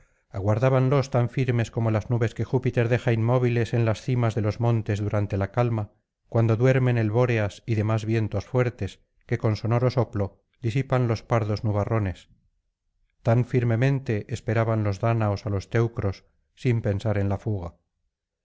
aguardábanlos tan firmes como las nubes que júpiter deja inmóviles en las cimas de los montes durante la calma cuando duermen el bóreas y demás vientos fuertes que con sonoro soplo disipan los pardos nubarrones tan firmemente esperaban los dáñaos á los teucros sin pensar en la fuga